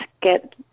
get